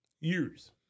Years